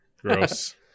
Gross